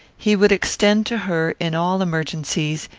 he would extend to her, in all emergencies,